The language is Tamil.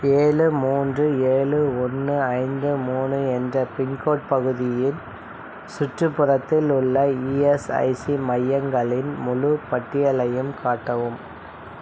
ஏழு மூன்று ஏழு ஒன்று ஐந்து மூணு என்ற பின்கோட் பகுதியின் சுற்றுப்புறத்தில் உள்ள இஎஸ்ஐசி மையங்களின் முழு பட்டியலையும் காட்டவும்